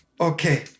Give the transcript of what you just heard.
Okay